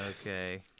Okay